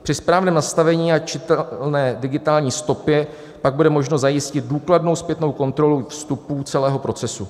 Při správném nastavení a čitelné digitální stopě pak bude možno zpětně zajistit důkladnou zpětnou kontrolu vstupů celého procesu.